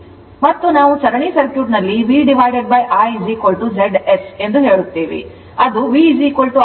ಮತ್ತು ನಾವು ಸರಣಿ ಸರ್ಕ್ಯೂಟ್ನಲ್ಲಿ VI ZS ಎಂದು ಹೇಳುತ್ತೇವೆ ಅದು Vrs jXS ಆಗಿದೆ